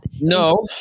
No